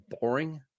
boring